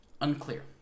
Unclear